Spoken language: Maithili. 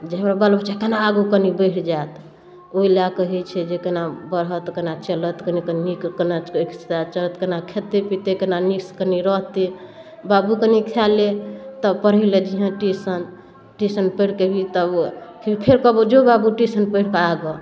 जे हमर बाल बच्चा कोना आगू कनि बढ़ि जाएत ओहि लऽ कऽ होइ छै जे कोना बढ़त कोना चलत कोना कनि नीक कोनाकऽ कोना खेतै पितै कोना नीकसँ कनि रहतै बाबू कनि खा ले तब पढ़ैलए जइहेँ ट्यूशन ट्यूशन पढ़िकऽ अएबही तब फेर कहबौ जो बाबू ट्यूशन पढ़िकऽ आ गऽ